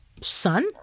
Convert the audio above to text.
son